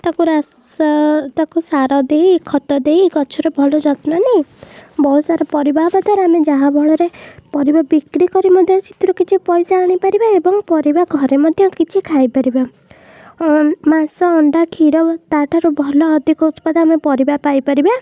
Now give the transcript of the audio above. ତାକୁ ରାସ ତାକୁ ସାର ଦେଇ ଖତ ଦେଇ ଗଛର ଭଲ ଯତ୍ନ ନେଇ ବହୁତସାରା ପରିବା ହେବା ଦ୍ୱାରା ଆମେ ଯାହାଫଳରେ ପରିବା ବିକ୍ରି କରି ମଧ୍ୟ ସେଥିରୁ କିଛି ପଇସା ଆଣିପାରିବା ଏବଂ ପରିବା ଘରେ ମଧ୍ୟ କିଛି ଖାଇ ପାରିବା ଓ ମାଂସ ଅଣ୍ଡା କ୍ଷୀର ତା'ଠାରୁ ଭଲ ଅଧିକ ଉତ୍ପାଦ ଆମେ ପରିବା ପାଇପାରିବା